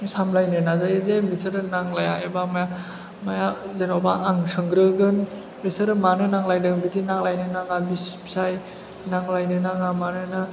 सामलायनो नाजायो जे बिसोरो नांलाया एबा माया माया जेन'बा आं सोंग्रोगोन बिसोरो मानो नांलायदों बिदि नांलायनो नाङा बिसि फिसाय नांलायनो नाङा मानोना